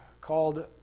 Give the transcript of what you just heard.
called